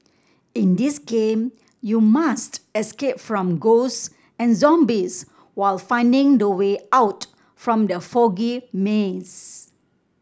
in this game you must escape from ghosts and zombies while finding the way out from the foggy maze